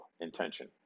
intention